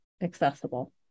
accessible